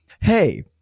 hey